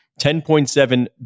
$10.7